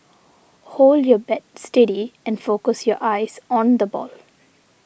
hold your bat steady and focus your eyes on the ball